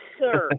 sir